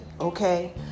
Okay